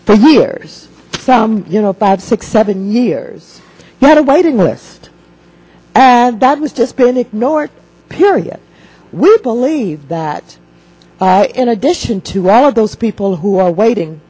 for years you know five six seven years had a waiting list and that was just been ignored period we believe that in addition to all of those people who are waiting